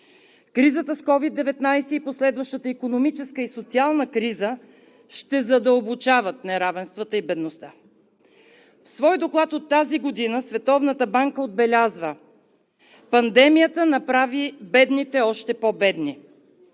Кризата с COVID-19 и последващата икономическа и социална криза ще задълбочават неравенствата и бедността. В свой доклад от тази година Световната банка отбелязва: „Пандемията направи бедните още по-бедни.“